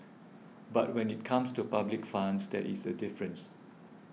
but when it comes to public funds there is a difference